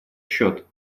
счет